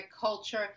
culture